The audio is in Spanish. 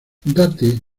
date